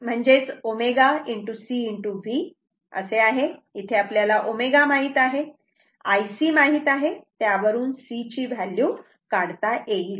तेव्हा इथे आपल्याला ω माहित आहे Ic माहित आहे त्यावरून C ची व्हॅल्यू काढता येईल